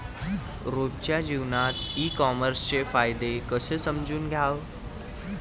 रोजच्या जीवनात ई कामर्सचे फायदे कसे समजून घ्याव?